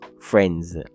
friends